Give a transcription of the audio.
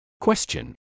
Question